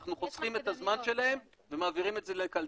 אנחנו חוסכים את הזמן שלהן ומעבירים את זה לקלדנית.